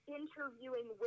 interviewing